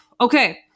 Okay